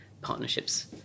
partnerships